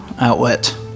outlet